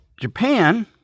Japan